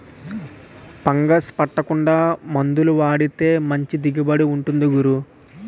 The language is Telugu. ఫంగస్ పట్టకుండా మందులు వాడితే మంచి దిగుబడి ఉంటుంది గురూ